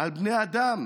על בני אדם.